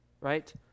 right